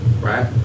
right